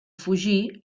fugir